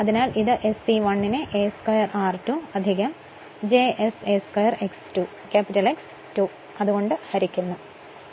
അതിനാൽ ഇത് SE1 നെ a² r2 j s a² X 2 കൊണ്ട് ഹരിക്കുന്നു